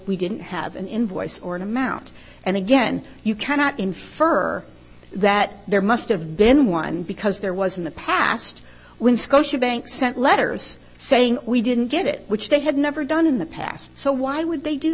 we didn't have an invoice or an amount and again you cannot infer that there must have been one because there was in the past when scotiabank sent letters saying we didn't get it which they had never done in the past so why would they do